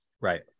right